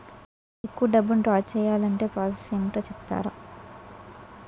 ఎక్కువ డబ్బును ద్రా చేయాలి అంటే ప్రాస సస్ ఏమిటో చెప్తారా?